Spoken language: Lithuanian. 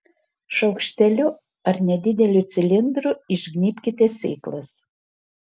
šaukšteliu ar nedideliu cilindru išgnybkite sėklas